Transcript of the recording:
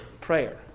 prayer